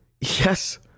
Yes